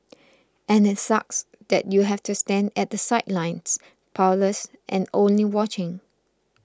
and it sucks that you have to stand at the sidelines powerless and only watching